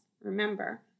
remember